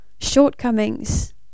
shortcomings